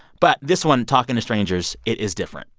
but this one, talking to strangers, is different.